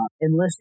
enlisted